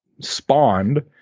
spawned